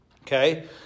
Okay